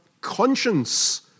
conscience